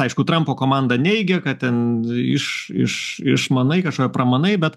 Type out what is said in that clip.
aišku trampo komanda neigė kad ten iš iš išmanai kažkokie pramanai bet